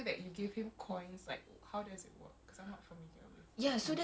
apparently I'm one of two people who know and I'm just like ya okay